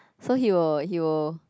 so he will he will